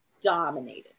dominated